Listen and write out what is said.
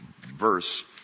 verse